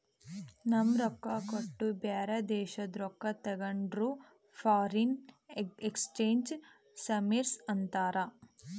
ನಮ್ ರೊಕ್ಕಾ ಕೊಟ್ಟು ಬ್ಯಾರೆ ದೇಶಾದು ರೊಕ್ಕಾ ತಗೊಂಡುರ್ ಫಾರಿನ್ ಎಕ್ಸ್ಚೇಂಜ್ ಸರ್ವೀಸ್ ಅಂತಾರ್